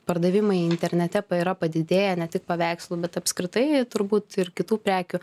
pardavimai internete pa yra padidėję ne tik paveikslų bet apskritai turbūt ir kitų prekių